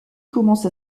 commence